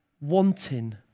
wanting